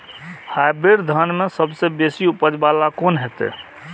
Hybrid धान में सबसे बेसी उपज बाला कोन हेते?